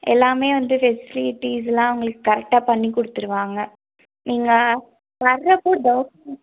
எல்லாமே வந்துவிட்டு ஃபேஸிலிட்டிஸெலாம் உங்களுக்கு கரெக்டாக பண்ணி கொடுத்துருவாங்க நீங்கள் வர்றப்போ டாக்குமெண்ட்